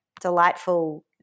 delightful